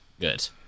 good